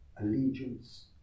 allegiance